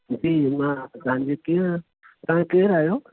जी मां तव्हांजी कीअं तव्हां केरु आहियो